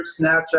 Snapchat